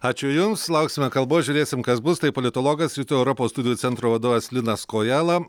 ačiū jums lauksime kalbos žiūrėsim kas bus tai politologas rytų europos studijų centro vadovas linas kojala